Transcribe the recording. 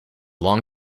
long